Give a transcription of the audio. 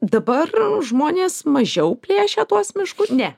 dabar žmonės mažiau plėšia tuos mišku ne